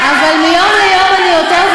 אבל מיום ליום אני יותר,